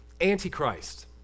antichrist